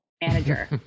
manager